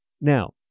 Now